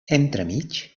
entremig